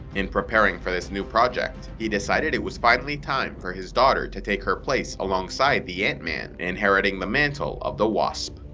in preparing for this new project, he decided that it was finally time for his daughter to take her place alongside the ant-man, inheriting the mantle of the wasp.